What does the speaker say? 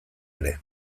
ere